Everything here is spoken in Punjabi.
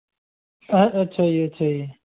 ਅ ਅੱਛਾ ਜੀ ਅੱਛਾ ਜੀ